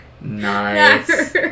Nice